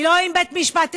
היא לא עם בית המשפט העליון,